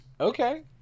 Okay